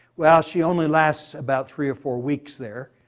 well she only lasts about three or four weeks there.